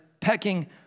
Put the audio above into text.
pecking